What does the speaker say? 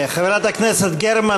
חברת הכנסת גרמן,